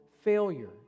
failure